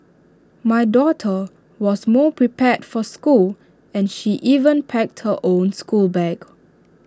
my daughter was more prepared for school and she even packed her own schoolbag